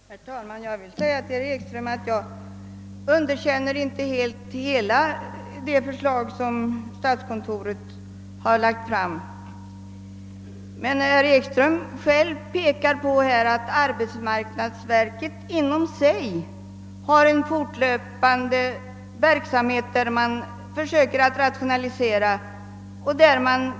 Herr talman! Jag vill säga till herr Ekström att jag inte underkänner hela det förslag som statskontoret har lagt fram. Herr Ekström pekade själv på att arbetsmarknadsverket inom sig har en fortlöpande verksamhet där man försöker rationalisera.